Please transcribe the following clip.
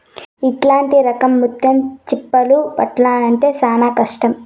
ఇట్లాంటి రకం ముత్యం చిప్పలు పట్టాల్లంటే చానా కష్టం